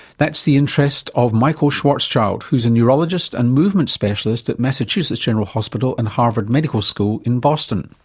that's the interest of michael schwarzschild who's a neurologist and movement specialist at massachusetts general hospital and harvard medical school in boston.